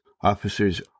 officers